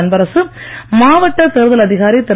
அன்பரசு மாவட்ட தேர்தல் அதிகாரி திரு